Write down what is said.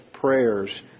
prayers